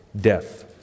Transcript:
death